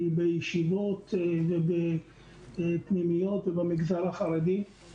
היא בישיבות ובפנימיות ובמגזר החרדי.